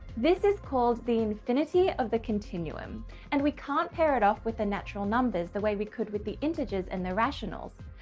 this is called the infinity of the continuum and we can't pair it off with the natural numbers the way we could with the integers and the rationals.